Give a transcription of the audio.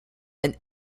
and